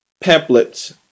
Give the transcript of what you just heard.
pamphlets